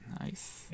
Nice